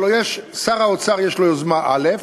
הרי שר האוצר יש לו יוזמה א',